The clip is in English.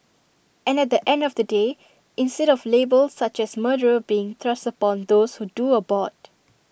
and at the end of the day instead of labels such as murderer being thrust upon those who do abort